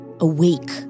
awake